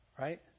Right